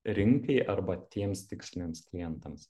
rinkai arba tiems tiksliniams klientams